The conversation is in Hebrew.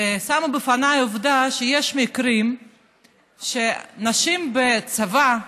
ששמו בפניי עובדה שיש מקרים שנשים בצבא,